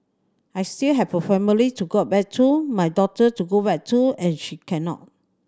I still have a family to go back to my daughter to go back to and she cannot